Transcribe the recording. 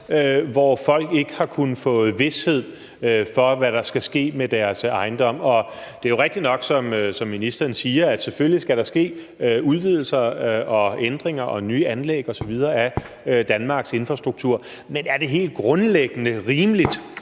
hvor folk ikke har kunnet få vished for, hvad der skal ske med deres ejendom. Og det er jo rigtigt nok, som ministeren siger, at der selvfølgelig skal ske udvidelser og ændringer og nye anlæg osv. af Danmarks infrastruktur, men er det helt grundlæggende rimeligt